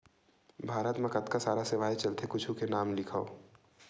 भारत मा कतका सारा सेवाएं चलथे कुछु के नाम लिखव?